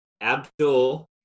Abdul